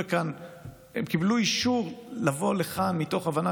הם קיבלו אישור לבוא לכאן מתוך הבנה